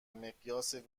مقیاس